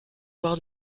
voir